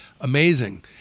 amazing